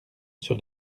sur